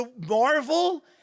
Marvel